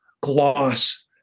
gloss